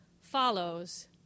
follows